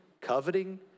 coveting